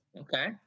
Okay